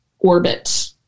orbit